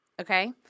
Okay